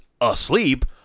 asleep